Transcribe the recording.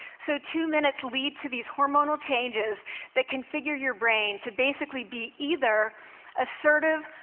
so two minutes lead to these hormonal changes that configure your brain to basically be either assertive,